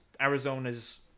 Arizona's